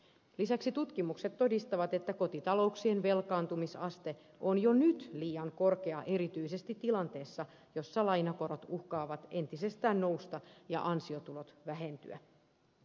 lisäksi tutkimukset todistavat että kotitalouksien velkaantumisaste on jo nyt liian korkea erityisesti tilanteessa jossa lainakorot uhkaavat entisestään nousta ja ansiotulot vähentyä